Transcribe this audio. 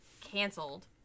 Canceled